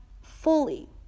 fully